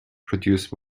produce